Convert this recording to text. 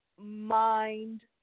Mind